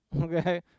Okay